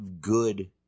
good